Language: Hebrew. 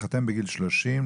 התחתן בגיל 30,